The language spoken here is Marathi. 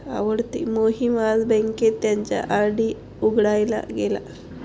मोहित आज बँकेत त्याचा आर.डी उघडायला गेला